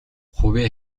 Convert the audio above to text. хувиа